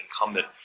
incumbent